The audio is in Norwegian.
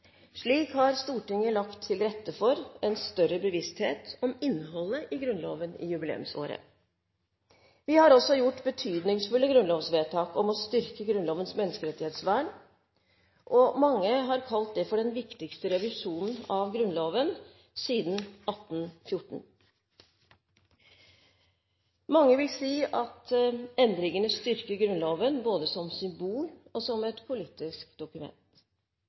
Slik har Stortinget lagt til rette for en større bevissthet om innholdet i Grunnloven i jubileumsåret. Vi har også gjort betydningsfulle grunnlovsvedtak om å styrke Grunnlovens menneskerettighetsvern. Mange har kalt det for den viktigste revisjonen av Grunnloven siden 1814. Mange vil si at endringene styrker Grunnloven både som symbol og som et politisk dokument.